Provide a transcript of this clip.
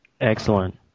Excellent